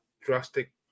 drastic